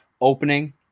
opening